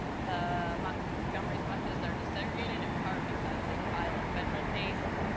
the montgomery's buses are desegregated in part because they file a federal case,